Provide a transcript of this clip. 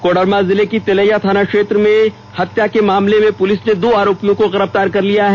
कोडरमा जिले की तिलैया थाना क्षेत्र में हत्या के मामले में पुलिस ने दो आरोपियों को गिरफ्तार कर लिया है